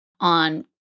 on